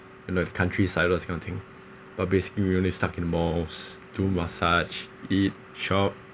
you know the countryside those kind of thing but basically we only stuck in malls do massage eat shop